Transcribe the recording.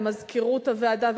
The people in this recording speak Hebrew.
למזכירות הוועדה,